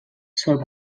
sol